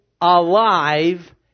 alive